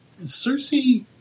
Cersei